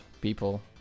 people